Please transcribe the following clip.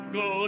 go